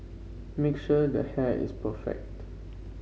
make sure the hair is perfect